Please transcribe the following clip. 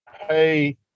hey